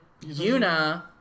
Yuna